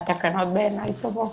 התקנות בעיני טובות.